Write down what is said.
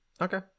Okay